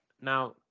now